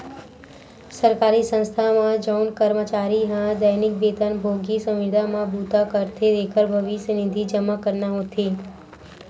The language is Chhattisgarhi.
सरकारी संस्था म जउन करमचारी ह दैनिक बेतन भोगी, संविदा म बूता करथे तेखर भविस्य निधि जमा करना होथे